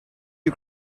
you